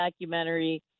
documentary